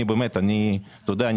אתה יודע,